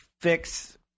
fix